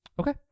Okay